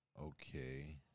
okay